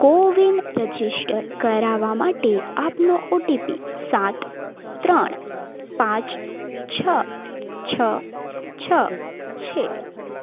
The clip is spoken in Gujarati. કોવિન રજિસ્ટર કરાવવા માટે આપનો ઓટીપી સાત ત્રણ પાંચ છ છ છ છે